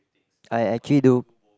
I actually do